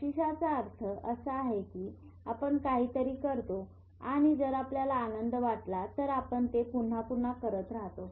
बक्षिसाचा अर्थ असा आहे की आपण काहीतरी करतो आणि जर आपल्याला आनंद वाटला तर आपण ते पुन्हा पुन्हा करत राहतो